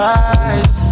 eyes